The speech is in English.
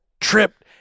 tripped